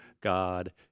God